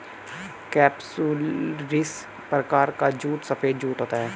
capsularis प्रकार का jute सफेद जूट होता है